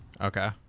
okay